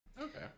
Okay